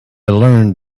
learned